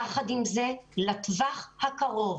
יחד עם זה לטווח הקרוב